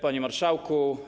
Panie Marszałku!